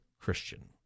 Christian